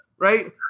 Right